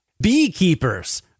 Beekeepers